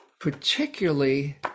particularly